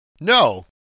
No